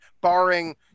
barring